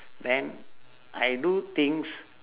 then I do things